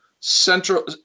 central